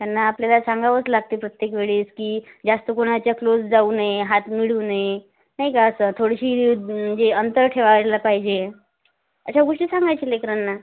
त्यांना आपल्याला सांगावंच लागते प्रत्येक वेळेस की जास्त कोणाच्या क्लोज जाऊ नये हात मिळवू नये नाही का असं थोडीशी म्हणजे अंतर ठेवायला पाहिजे अशा गोष्टी सांगायच्या लेकरांना